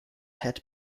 had